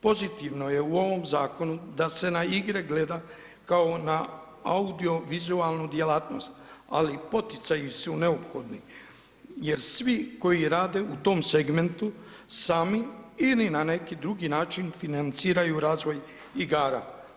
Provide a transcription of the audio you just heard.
Pozitivno je u ovom zakonu da se na igre gleda kao na audiovizualnu djelatnost ali poticaji su neophodni jer svi koji rade u tom segmentu sami ili na neki drugi način financiraju razvoj igara.